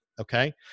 okay